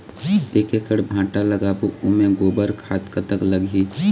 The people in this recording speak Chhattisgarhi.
एक एकड़ भांटा लगाबो ओमे गोबर खाद कतक लगही?